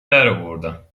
درآوردن